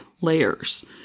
layers